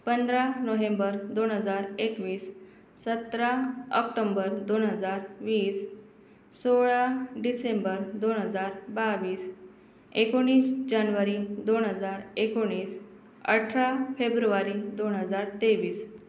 पंधरा नोव्हेंबर दोन हजार एकवीस सतरा ऑक्टोम्बर दोन हजार वीस सोळा डिसेंबर दोन हजार बावीस एकोणीस जानवारी दोन हजार एकोणीस अठरा फेब्रुवारी दोन हजार तेवीस